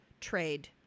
trade